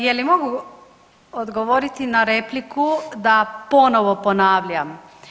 Je li mogu odgovoriti na repliku da ponovo ponavljam?